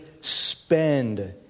spend